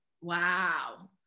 Wow